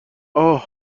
اُه